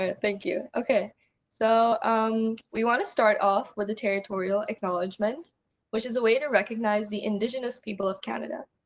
and thank you! so um we want to start off with a territorial acknowledgement which is a way to recognize the indigenous people of canada.